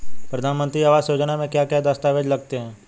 प्रधानमंत्री आवास योजना में क्या क्या दस्तावेज लगते हैं?